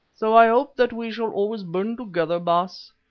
so i hope that we shall always burn together, baas.